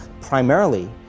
primarily